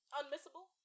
unmissable